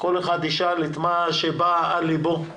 כל אחד ישאל את מה שבא על ליבו,